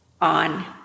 on